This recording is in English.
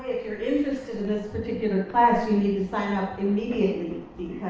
if you're interested in this particular class, you need to sign up immediately